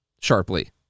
sharply